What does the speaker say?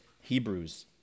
Hebrews